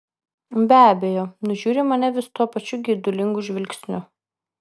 be abejo nužiūri mane vis tuo pačiu geidulingu žvilgsniu